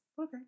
Okay